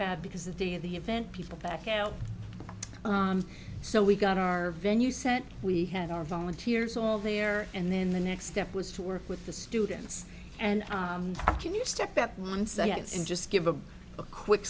have because the day of the event people back out so we got our venue set we had our volunteers all there and then the next step was to work with the students and can you step up once they get in just give a quick